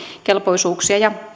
kelpoisuuksia ja